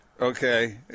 okay